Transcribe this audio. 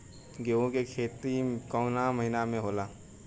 गेहूँ के खेती कवना महीना में होला?